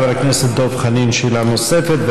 חבר הכנסת דב חנין, שאלה נוספת.